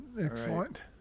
Excellent